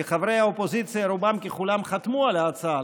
כי חברי האופוזיציה רובם ככולם חתמו על ההצעה,